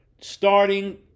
starting